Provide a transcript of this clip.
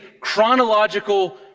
chronological